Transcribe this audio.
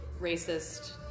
racist